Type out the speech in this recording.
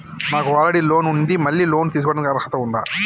నాకు already loan ఉండి మళ్ళీ లోన్ తీసుకోవడానికి అర్హత ఉందా?